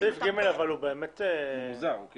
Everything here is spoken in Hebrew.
סעיף (ג) הוא באמת בעייתי.